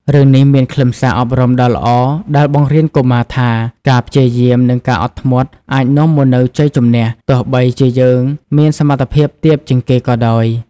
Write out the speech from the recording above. រឿងនេះមានខ្លឹមសារអប់រំដ៏ល្អ ដែលបង្រៀនកុមារថា ការព្យាយាមនិងការអត់ធ្មត់ អាចនាំមកនូវជ័យជម្នះ ទោះបីជាយើងមានសមត្ថភាពទាបជាងគេក៏ដោយ។